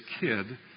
kid